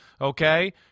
okay